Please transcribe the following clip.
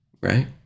right